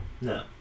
No